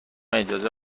اجازه